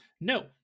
No